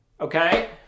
Okay